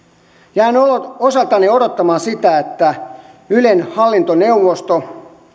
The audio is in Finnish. jään osaltani odottamaan sitä että ylen hallintoneuvosto